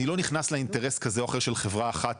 אני לא נכנס לאינטרס כזה אחר של חברה אחת